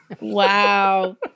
Wow